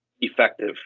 effective